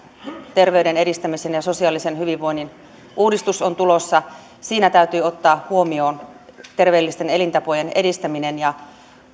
terveyden edistämisen ja sosiaalisen hyvinvoinnin uudistus on tulossa siinä täytyy ottaa huomioon terveellisten elintapojen edistäminen ja